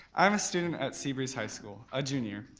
i'm a student at seabreeze high school, a junior.